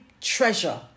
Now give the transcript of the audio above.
treasure